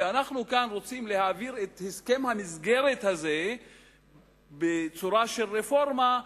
וכאן אנחנו רוצים להעביר את הסכם המסגרת הזה בצורה של רפורמה,